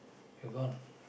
you're gone